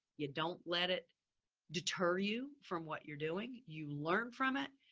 you don't let it deter you from what you're doing. you learn from it.